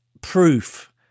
proof